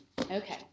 Okay